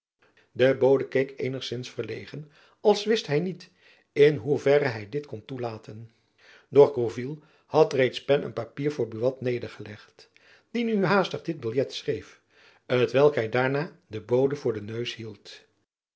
bode keek eenigzins verlegen als wist hy niet in hoe verre hy dit kon toelaten doch gourville had reeds pen en papier voor buat nedergelegd die nu haastig dit biljet schreef t welk hy daarna den bode voor den neus hield